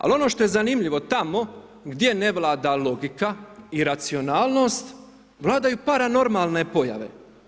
Ali ono što je zanimljivo tamo gdje ne vlada logika i racionalnost vladaju paranormalne pojave.